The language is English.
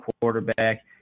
quarterback